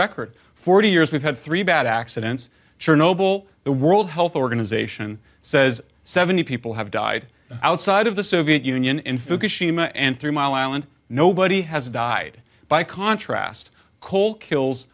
record forty years we've had three bad accidents sure noble the world health organization says seventy people have died outside of the soviet union in fukushima and three mile island nobody has died by contrast coal kills